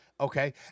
okay